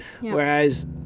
whereas